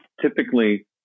typically –